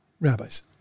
rabbis